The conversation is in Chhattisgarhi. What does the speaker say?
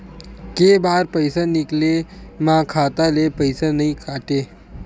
के बार पईसा निकले मा खाता ले पईसा नई काटे?